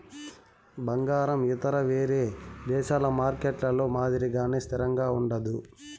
బంగారం ఇతర వేరే దేశాల మార్కెట్లలో మాదిరిగానే స్థిరంగా ఉండదు